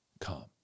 Come